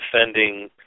defending